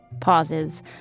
pauses